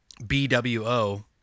BWO